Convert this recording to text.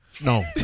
No